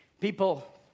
people